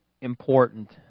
important